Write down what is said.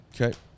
Okay